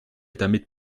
damit